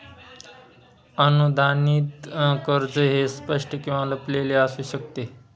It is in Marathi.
अनुदानित कर्ज हे स्पष्ट किंवा लपलेले असू शकते